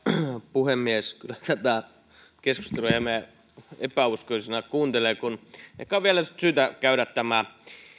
puhemies kyllä tätä keskustelua epäuskoisena kuuntelee ehkä on vielä syytä käydä tämä